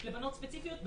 לבנות ספציפיות,